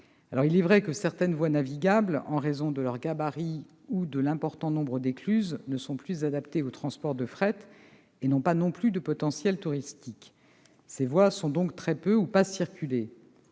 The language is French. Il est vrai que certaines voies navigables, en raison de leur gabarit ou de leur nombre important d'écluses, ne sont plus adaptées au transport de fret et n'ont pas non plus de potentiel touristique. Ces voies sont donc très peu ou non circulées.